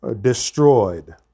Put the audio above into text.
destroyed